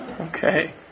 Okay